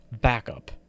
backup